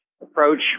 approach